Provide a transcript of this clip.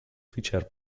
fichar